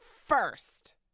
first